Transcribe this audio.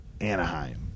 anaheim